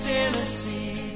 Tennessee